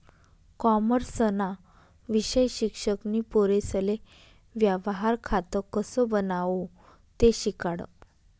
कॉमर्सना विषय शिक्षक नी पोरेसले व्यवहार खातं कसं बनावो ते शिकाडं